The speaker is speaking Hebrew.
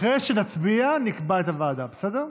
אחרי שנצביע נקבע את הוועדה, בסדר?